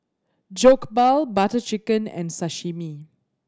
Jokbal Butter Chicken and Sashimi